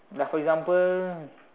like for example